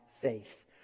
faith